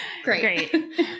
Great